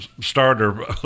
starter